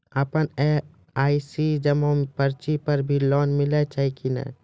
आपन एल.आई.सी जमा पर्ची पर भी लोन मिलै छै कि नै?